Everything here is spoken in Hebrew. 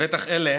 לבטח אלו